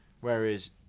Whereas